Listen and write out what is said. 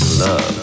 love